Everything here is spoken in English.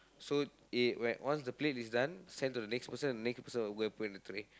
so eh when once the plate is done send to the next person the next person will go and put in the tray